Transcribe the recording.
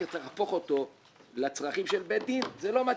צריך להפוך אותו לצרכים של בית דין זה לא מתאים.